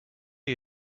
are